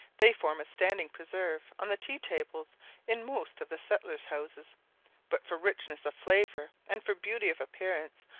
they form a standing preserve on the tea-tables in most of the settlers' houses but for richness of flavour, and for beauty of appearance,